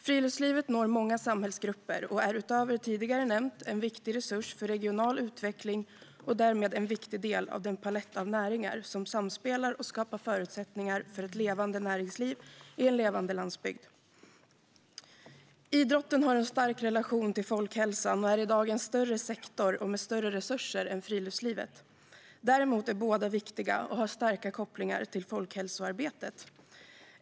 Friluftslivet når många samhällsgrupper och är, utöver vad som tidigare nämnts, en viktig resurs för regional utveckling och därmed en viktig del av den palett av näringar som samspelar och skapar förutsättningar för ett levande näringsliv i en levande landsbygd. Idrotten har en stark relation till folkhälsan och är i dag en större sektor, med större resurser, än friluftslivet. Däremot är båda viktiga och har starka kopplingar till folkhälsoarbetet.